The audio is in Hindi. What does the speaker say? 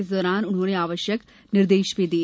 इस दौरान उन्होंने आवश्यक निर्देश भी दिए